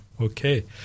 Okay